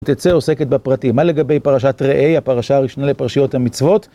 תצא עוסקת בפרטים. מה לגבי פרשת ראה, הפרשה הראשונה לפרשיות המצוות?